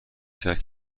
کرد